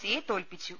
സിയെ തോല്പിച്ചു